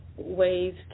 ways